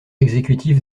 exécutif